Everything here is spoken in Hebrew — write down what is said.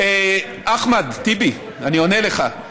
אחמד טיבי, אני עונה לך.